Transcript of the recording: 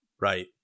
Right